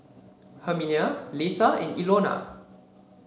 Herminia Leatha and Ilona